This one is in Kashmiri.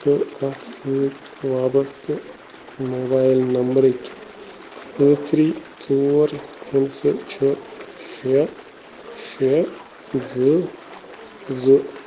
تہٕ اتھ سۭتۍ وابستہٕ موبایِل نمبرٕکۍ ٲخری ژور ہِنٛدسہٕ چھِ شےٚ شےٚ زٕ زٕ